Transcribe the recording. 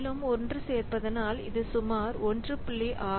மேலும் 1 சேர்ப்பதனால் இது சுமார் 1